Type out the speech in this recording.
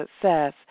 Success